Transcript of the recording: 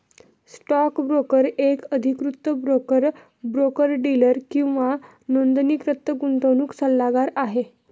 stock broker एक अधिकृत broker, broker dealer किंवा नोंदणीकृत गुंतवणूक सल्लागार आहे